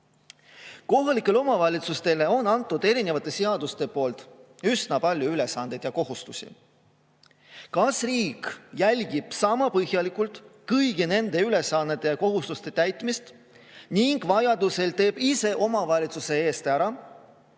tee. Kohalikele omavalitsustele on antud erinevate seadustega üsna palju ülesandeid ja kohustusi. Kas riik jälgib sama põhjalikult kõigi nende ülesannete ja kohustuste täitmist ning vajadusel teeb ise omavalitsuse eest ära